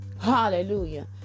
Hallelujah